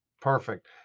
perfect